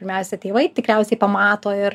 pirmiausia tėvai tikriausiai pamato ir